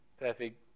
perfect